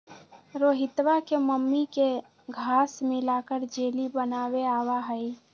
रोहितवा के मम्मी के घास्य मिलाकर जेली बनावे आवा हई